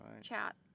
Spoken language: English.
chat